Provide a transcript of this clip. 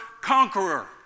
conqueror